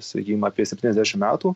sakym apie septyniasdešim metų